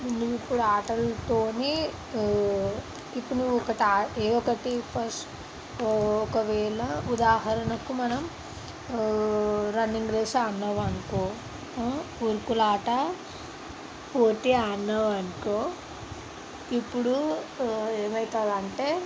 నువ్వు ఇప్పుడు ఆటలతో ఇప్పుడు నువ్వు ఒకటి ఆడ్ ఏదో ఒకటి ఫస్ట్ ఒకవేళ ఉదాహరణకు మనం రన్నింగ్ రేసు ఆడినావు అనుకో ఉరుకులాట పోటీ ఆడినావు అనుకో ఇప్పుడు ఏమైతుందంటే